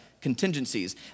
contingencies